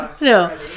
No